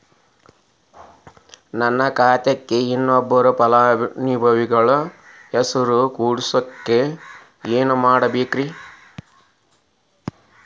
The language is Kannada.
ನನ್ನ ಖಾತೆಕ್ ಇನ್ನೊಬ್ಬ ಫಲಾನುಭವಿ ಹೆಸರು ಕುಂಡರಸಾಕ ಏನ್ ಮಾಡ್ಬೇಕ್ರಿ?